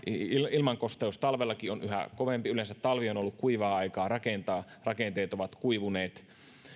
ilmankosteus talvellakin on yhä kovempi yleensä talvi on ollut kuivaa aikaa rakentaa rakenteet ovat kuivuneet